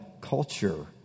culture